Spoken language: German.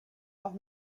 auch